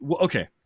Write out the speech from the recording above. Okay